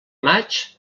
maig